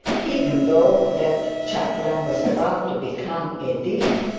even though that chaplain was about to become a dean.